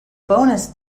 bonus